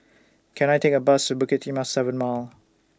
Can I Take A Bus to Bukit Timah seven Mile